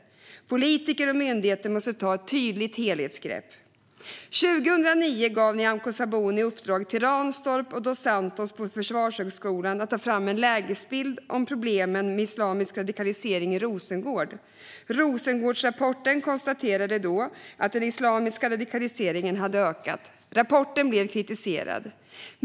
Politiker och myndigheter måste ta ett tydligare helhetsgrepp. År 2009 gav Nyamko Sabuni i uppdrag till Ranstorp och Dos Santos på Försvarshögskolan att ta fram en lägesbild om problemen med islamisk radikalisering i Rosengård. Rosengårdsrapporten konstaterade då att den islamiska radikaliseringen hade ökat. Rapporten blev kritiserad.